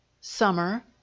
summer